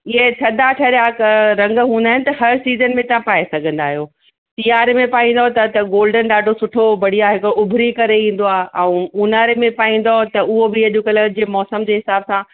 इहे थधा थरिया रंग हूंदा आहिनि त हर सीज़न में तव्हां पाए सघंदा आहियो सियारे में पाईंदव त त गोल्डन ॾाढो सुठो बढ़िया हिकु उभरी करे ईंदो आहे ऐं ऊन्हारे में पाईंदव त उहो बि अॼकल जे मौसम जे हिसाब सां